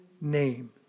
name